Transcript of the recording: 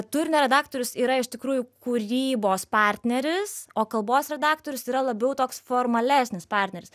turinio redaktorius yra iš tikrųjų kūrybos partneris o kalbos redaktorius yra labiau toks formalesnis partneris